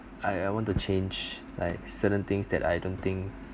I I want to change like certain things that I don't think